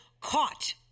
caught